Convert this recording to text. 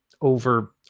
over